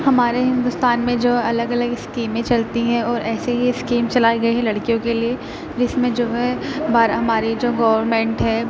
ہمارے ہندوستان میں جو الگ الگ اسکیمیں چلتی ہیں اور ایسے ہی اسکیم چلائی گئی ہیں لڑکیوں کے لیے جس میں جو ہے ہماری جو گورنمنٹ ہے